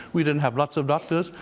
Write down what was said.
we didn't have lots of doctors,